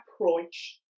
approach